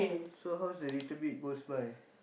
so how's the little bit goes by